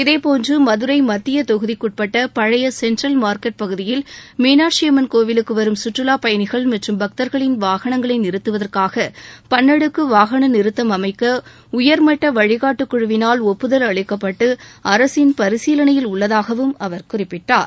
இதேபோன்று மதுரை மத்திய தொகுதிக்குட்பட்ட பழைய சென்ட்ரல் மார்க்கெட் பகுதியில் மீனாட்சியம்மன் கோவிலுக்கு வரும் சுற்றுலாப்பயணிகள் மற்றும் பக்தர்களின் வாகனங்களை நிறுத்துவதற்காக பன்னடுக்கு வாகன நிறுத்தம் அமைக்க உயர்மட்ட வழிகாட்டு குழுவினால் ஒப்புதல் அளிக்கப்பட்டு அரசின் பரிசீலனையில் உள்ளதாகவும் அவர் குறிப்பிட்டார்